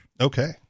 okay